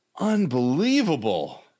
Unbelievable